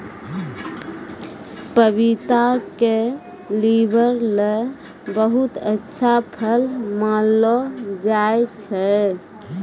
पपीता क लीवर ल बहुत अच्छा फल मानलो जाय छै